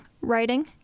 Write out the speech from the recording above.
Writing